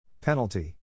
Penalty